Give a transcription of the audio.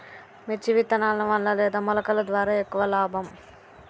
మిర్చి విత్తనాల వలన లేదా మొలకల ద్వారా ఎక్కువ లాభం?